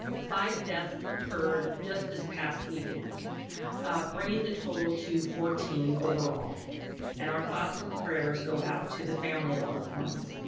five deaths occurred just this past weekend bringing the total to fourteen overall and our thoughts and prayers go out to the family and loved ones.